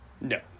No